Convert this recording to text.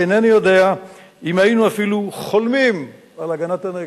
ואינני יודע אם היינו אפילו חולמים על הגנת הנגב"